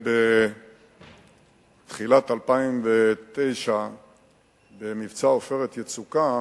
ובתחילת 2009 במבצע "עופרת יצוקה",